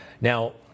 Now